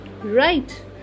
Right